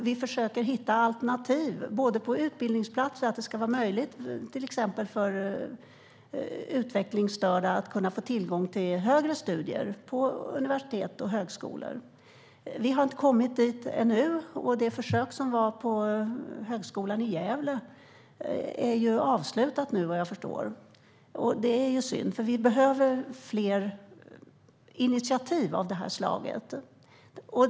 Vi försöker hitta alternativ i fråga om utbildningsplatser, att det till exempel ska vara möjligt för utvecklingsstörda att få tillgång till högre studier på universitet och högskolor. Vi har inte kommit dit ännu, och det försök som var på högskolan i Gävle är avslutat nu, vad jag förstår. Det är synd, för vi behöver fler initiativ av det slaget.